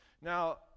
Now